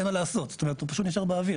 אין מה לעשות, זאת אומרת שזה פשוט נשאר באוויר.